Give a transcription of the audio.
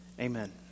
amen